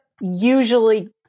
Usually